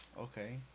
Okay